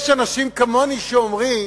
יש אנשים כמוני, שאומרים